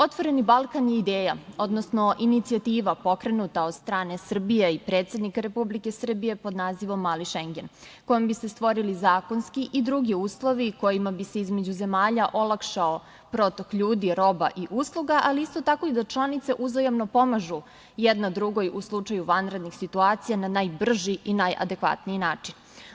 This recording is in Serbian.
Otvoreni Balkan" je ideja, odnosno inicijativa pokrenuta od strane Srbije i predsednika Republike Srbije pod nazivom "Mali Šengen", kojom bi se stvorili zakonski i drugi uslovi kojima bi se između zemalja olakšao protok ljudi, roba i usluga, ali isto tako i da članice uzajamno pomažu jedna drugoj u slučaju vanrednih situacija na najbrži i najadekvatniji način.